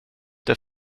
det